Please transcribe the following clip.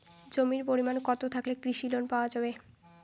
জমির পরিমাণ কতো থাকলে কৃষি লোন পাওয়া যাবে?